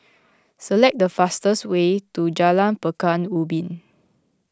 select the fastest way to Jalan Pekan Ubin